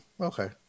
okay